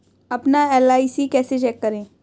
अपना एल.आई.सी कैसे चेक करें?